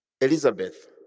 Elizabeth